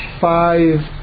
five